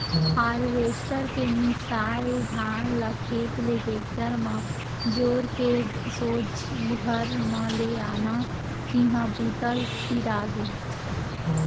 harvester के मिंसाए धान ल खेत ले टेक्टर म जोर के सोझ घर म ले आन तिहॉं बूता सिरागे